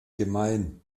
gemein